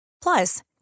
Plus